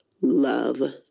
love